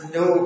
no